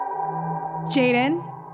Jaden